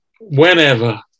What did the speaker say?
whenever